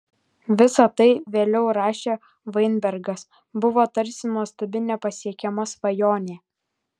visa tai vėliau rašė vainbergas buvo tarsi nuostabi nepasiekiama svajonė